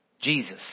Jesus